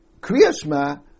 kriyashma